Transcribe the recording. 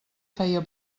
feia